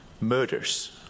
murders